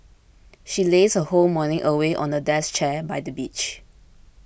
she lazed her whole morning away on a deck chair by the beach